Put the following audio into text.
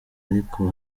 ariko